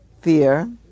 Fear